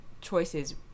choices